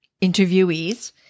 interviewees